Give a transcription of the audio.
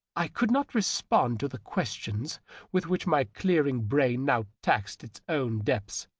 i could not respond to the questions with which my clearing brain now taxed its own depths.